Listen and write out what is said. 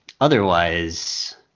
otherwise